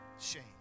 shame